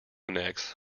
necks